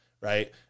right